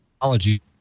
technology